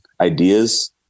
ideas